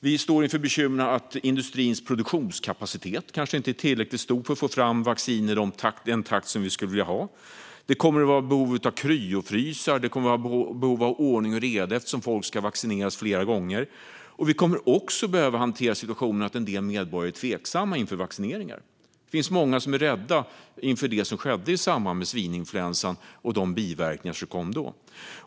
Vi står inför bekymret att industrins produktionskapacitet kanske inte är tillräckligt stor för att få fram vacciner i den takt som vi skulle vilja ha. Det kommer att finnas behov av kryofrysar och ordning och reda eftersom folk ska vaccineras flera gånger. Vi kommer också att behöva hantera situationen att en del medborgare är tveksamma inför vaccineringar. Det finns många som är rädda med anledning av det som skedde i samband med svininfluensan och de biverkningar som kom då.